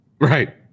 Right